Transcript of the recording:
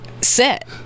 set